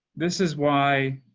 this is why